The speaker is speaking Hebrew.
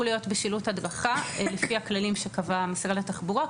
להיות בשילוט הדרכה לפי הכללים שקבע המשרד לתחבורה,